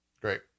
great